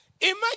Imagine